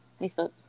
Facebook